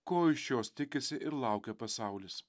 ko iš jos tikisi ir laukia pasaulis